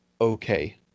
Okay